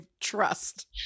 trust